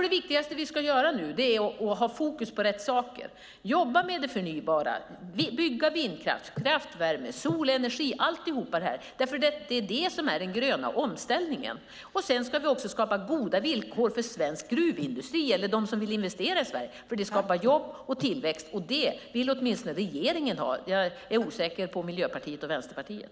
Det viktigaste nu är att ha fokus på rätt saker, jobba med det förnybara och bygga vindkraft, kraftvärme, solenergi, alltihop! Det är det som är den gröna omställningen. Vi ska också skapa goda villkor för svensk gruvindustri och dem som vill investera i Sverige. Det skapar jobb och tillväxt, och det vill åtminstone regeringen ha. Jag är osäker på Miljöpartiet och Vänsterpartiet.